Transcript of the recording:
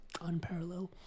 unparalleled